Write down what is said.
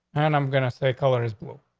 and i'm gonna say color is blue.